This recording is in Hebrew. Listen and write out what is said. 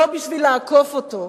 לא בשביל לעקוף אותו,